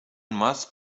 must